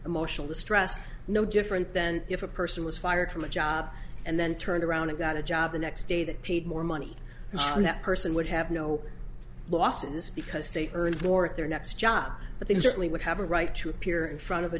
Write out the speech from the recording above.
emotional distress no different than if a person was fired from a job and then turned around and got a job the next day that paid more money and that person would have no losses because they earned more at their next job but they certainly would have a right to appear in front of a